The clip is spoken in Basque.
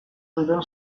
zuten